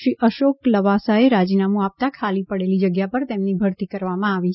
શ્રી અશોક લવાસાએ રાજીનામું આપતાં ખાલી પડેલી જગ્યા પર તેમની ભરતી કરવામાં આવી છે